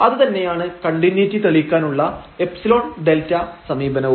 അതുതന്നെയാണ് കണ്ടിന്യൂയിറ്റി തെളിയിക്കാനുള്ള ϵ δ സമീപനവും